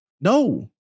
No